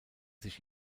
sich